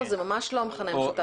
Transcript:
זה ממש לא המכנה המשותף.